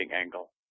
angle